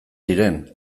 ziren